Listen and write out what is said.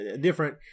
different